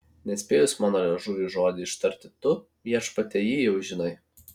nespėjus mano liežuviui žodį ištarti tu viešpatie jį jau žinai